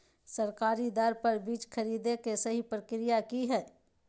सरकारी दर पर बीज खरीदें के सही प्रक्रिया की हय?